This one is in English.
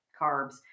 carbs